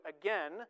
again